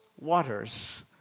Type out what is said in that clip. waters